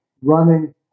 running